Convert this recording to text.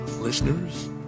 listeners